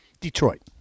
Detroit